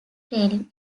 training